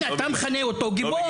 אתה מכנה אותו גיבור.